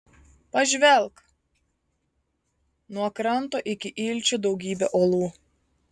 pažvelk nuo kranto iki ilčių daugybė uolų